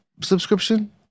subscription